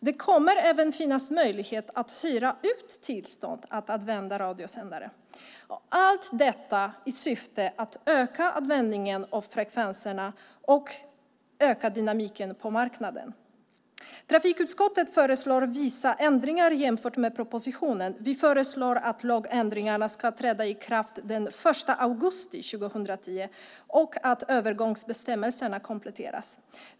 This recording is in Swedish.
Det kommer även att finnas möjlighet att hyra ut tillstånd att använda radiosändare, allt detta i syfte att öka användningen av frekvenserna och öka dynamiken på marknaden. Trafikutskottet föreslår vissa ändringar jämfört med propositionen. Vi föreslår att lagändringarna ska träda i kraft den 1 augusti 2010 och att övergångsbestämmelserna kompletteras.